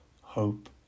hope